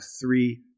three